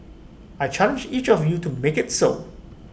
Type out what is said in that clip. I challenge each of you to make IT so